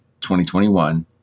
2021